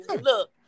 look